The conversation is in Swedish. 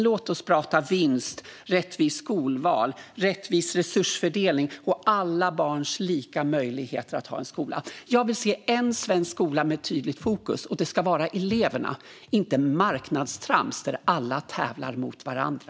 Låt oss prata vinst, rättvist skolval, rättvis resursfördelning och alla barns lika möjligheter i skolan. Jag vill se en svensk skola med tydligt fokus, och det ska vara eleverna, inte marknadstrams där alla tävlar mot varandra.